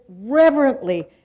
reverently